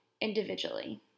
individually